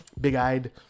big-eyed